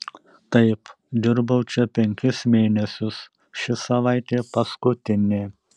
taip dirbau čia penkis mėnesius ši savaitė paskutinė